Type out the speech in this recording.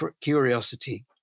curiosity